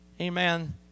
amen